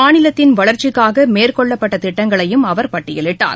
மாநிலத்தின் வளர்ச்சிக்காகமேற்கொள்ளப்பட்டதிட்டங்களையும் அவர் பட்டியலிட்டார்